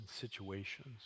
situations